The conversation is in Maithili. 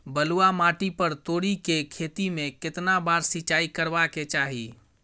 बलुआ माटी पर तोरी के खेती में केतना बार सिंचाई करबा के चाही?